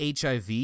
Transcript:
HIV